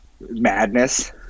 madness